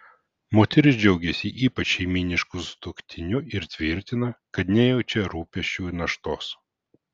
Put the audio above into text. moteris džiaugiasi ypač šeimynišku sutuoktiniu ir tvirtina kad nejaučia rūpesčių naštos